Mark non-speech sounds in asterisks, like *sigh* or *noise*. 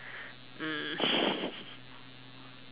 mm *laughs*